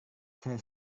saya